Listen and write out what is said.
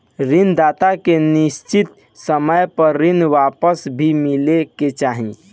ऋण दाता के निश्चित समय पर ऋण वापस भी मिले के चाही